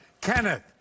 Kenneth